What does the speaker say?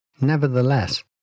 Nevertheless